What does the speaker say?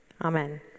Amen